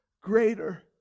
greater